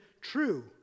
true